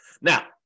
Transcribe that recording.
now